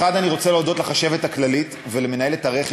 1. אני רוצה להודות לחשבת הכללית ולמנהלת הרכש